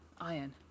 Iron